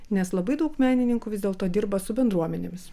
nes labai daug menininkų vis dėlto dirba su bendruomenėmis